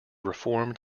reformed